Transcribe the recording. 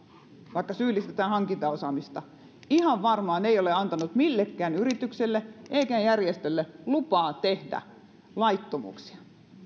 vaikka syyllistetään hankintaosaamista ihan varmasti ei ole antanut millekään yritykselle eikä järjestölle lupaa tehdä laittomuuksia